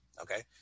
Okay